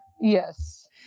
Yes